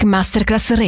Masterclass